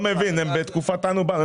הם בתקופת אנו באנו ארצה.